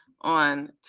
on